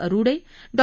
Arude Dr